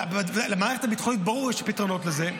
למערכת הביטחונית ברור שיש פתרונות לזה.